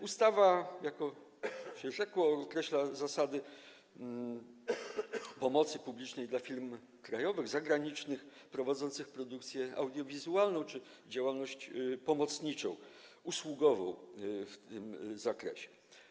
Ustawa, jako się rzekło, określa zasady pomocy publicznej dla firm krajowych i zagranicznych prowadzących produkcję audiowizualną czy działalność pomocniczą, usługową w tym zakresie.